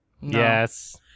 yes